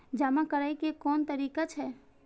जमा करै के कोन तरीका छै?